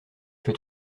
fais